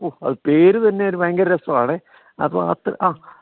ഓഹ് അത് പേര് തന്നെ ഒരു ഭയങ്കര രസമാണെ അപ്പോൾ അത് അ